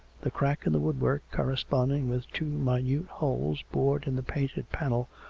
the crack in the woodwork, corresponding with two minute holes bored in the painted panel,